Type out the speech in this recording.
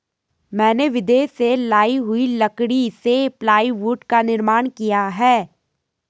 मैंने विदेश से लाई हुई लकड़ी से प्लाईवुड का निर्माण किया है